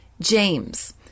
James